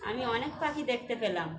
আমি অনেক পাখি দেখতে পেলাম